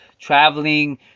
traveling